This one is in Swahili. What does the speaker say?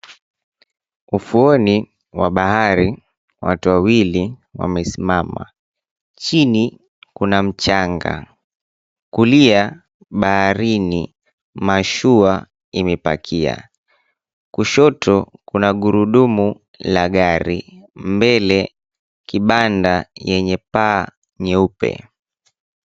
Ufuoni wa bahari. Watu wawili wamesimama, chini kuna mchanga, kulia baharini mashua imepakia, kushoto kuna gurudumu la gari, mbele kibanda yenye paa nyeupe.